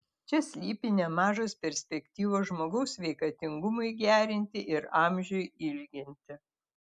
čia slypi nemažos perspektyvos žmogaus sveikatingumui gerinti ir amžiui ilginti